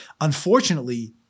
unfortunately